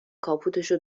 کاپوتشو